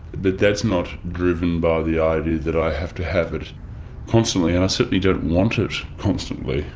but that's not driven by the idea that i have to have it constantly and i certainly don't want it constantly.